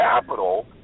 capital